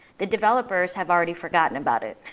the developers have already forgotten about it,